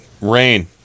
Rain